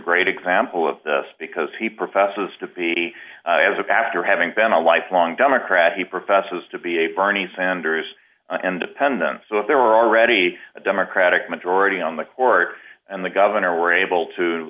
great example of this because he professes to be as after having been a lifelong democrat he professes to be a ferny sanders and pendants so if there were already a democratic majority on the court and the governor were able to